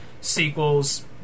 sequels